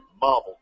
Marvel